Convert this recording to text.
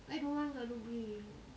I don't want gado grill